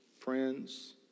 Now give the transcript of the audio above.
Friends